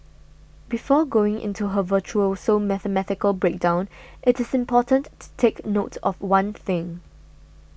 before going into her virtuoso mathematical breakdown it is important to take note of one thing